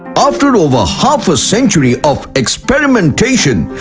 after over half a century of experimentation.